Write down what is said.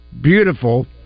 beautiful